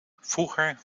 vroeger